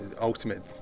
ultimate